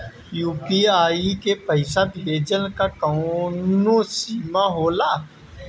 UPI से पईसा भेजल के कौनो सीमा होला?